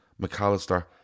McAllister